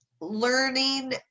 Learning